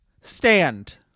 stand